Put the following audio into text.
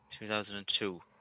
2002